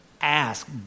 Ask